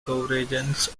convergence